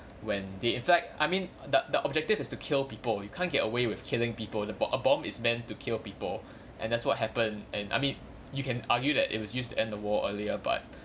when they in fact I mean the the objective is to kill people you can't get away with killing people the a bomb is meant to kill people and that's what happened and I mean you can argue that it was used to end the war earlier but